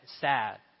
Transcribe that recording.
sad